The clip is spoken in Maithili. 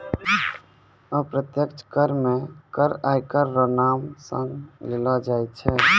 अप्रत्यक्ष कर मे कर आयकर रो नाम सं लेलो जाय छै